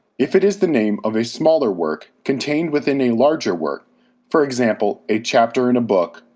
if it is the name of a smaller work contained within a larger work for example a chapter in a book,